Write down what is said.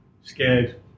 scared